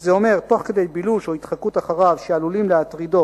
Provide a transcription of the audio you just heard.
שזה אומר תוך כדי בילוש או התחקות אחריו שעלולים להטרידו,